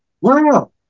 wow